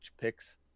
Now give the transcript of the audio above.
picks